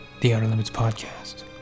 TheOuterLimitsPodcast